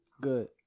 Good